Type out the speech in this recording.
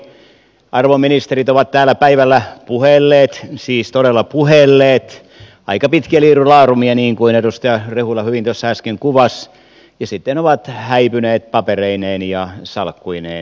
arvon ministerit ovat täällä päivällä puhelleet siis todella puhelleet aika pitkiä liirunlaarumeja niin kuin edustaja rehula hyvin tuossa äsken kuvasi ja sitten ovat häipyneet papereineen ja salkkuineen